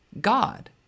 God